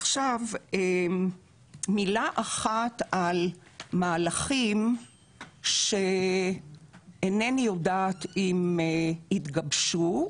עכשיו מילה אחת על מהלכים שאינני יודעת אם התגבשו,